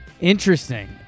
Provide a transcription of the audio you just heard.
Interesting